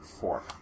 Four